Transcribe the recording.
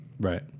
Right